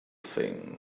thing